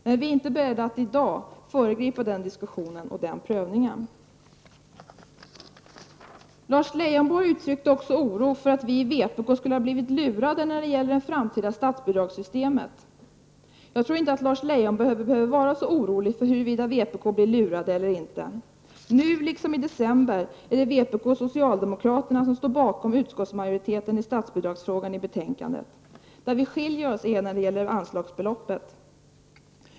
Men vi är inte beredda att nu föregripa denna diskussion och denna prövning. Lars Leijonborg uttryckte också oro för att vi i vpk skulle ha blivit lurade när det gäller det framtida statsbidragssystemet. Jag tror inte att Lars Leijonborg behöver vara så orolig över huruvida vpk blir lurat eller inte. Nu, liksom i december, är det vpk och socialdemokraterna som står bakom utskottsmajoriteten i statsbidragsfrågan. Vad som skiljer oss åt är anslagsbeloppet.